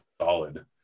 solid